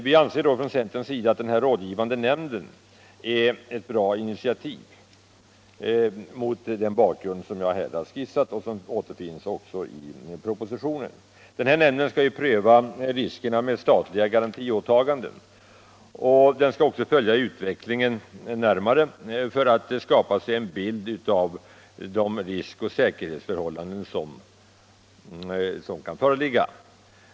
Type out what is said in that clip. Vi anser då från centerns sida att förslaget om en rådgivande nämnd är ett bra initiativ mot den bakgrund som jag här har skisserat och som också återfinns i propositionen. Den här nämnden skall ju pröva riskerna med statliga garantiåtaganden och skall också följa utvecklingen närmare för att skapa sig en bild av de riskoch säkerhetsförhållanden som kan föreligga.